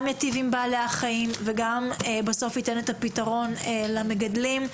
יטיב עם בעלי החיים וגם ייתן פתרון למגדלים.